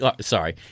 Sorry